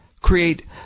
create